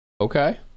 okay